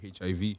HIV